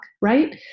right